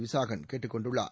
விசாகன் கேட்டுக் கொண்டுள்ளார்